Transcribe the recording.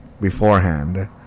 beforehand